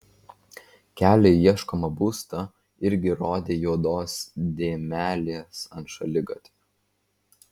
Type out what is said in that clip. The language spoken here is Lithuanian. kelią į ieškomą būstą irgi rodė juodos dėmelės ant šaligatvio